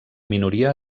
minoria